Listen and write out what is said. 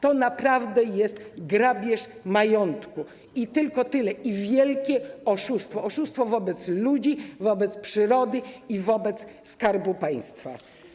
To naprawdę jest grabież majątku, tylko tyle, i wielkie oszustwo, zarówno wobec ludzi, wobec przyrody, jak i wobec Skarbu Państwa.